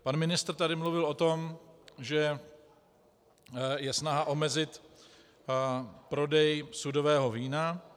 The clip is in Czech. Pan ministr tady mluvil o tom, že je snaha omezit prodej sudového vína.